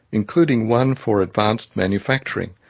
including one for advanced manufacturing,